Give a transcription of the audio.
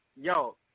Yo